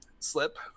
slip